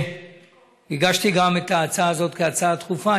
גם אני הגשתי את ההצעה הזאת כהצעה דחופה.